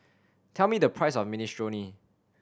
tell me the price of Minestrone